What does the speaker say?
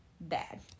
bad